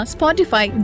Spotify